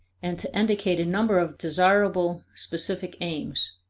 and to indicate a number of desirable specific aims.